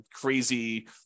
crazy